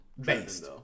based